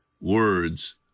words